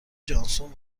جانسون